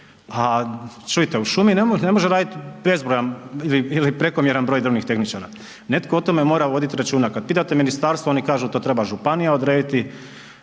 a čujte, u šumi ne može raditi bezbrojan ili prekomjeran broj drvnih tehničara. Netko o tome mora voditi računa. Kad pitate ministarstvo, oni kažu to treba županija odrediti,